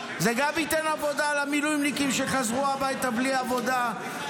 זה גם ייתן עבודה למילואימניקים שחזרו הביתה בלי עבודה.